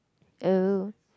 oh